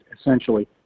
essentially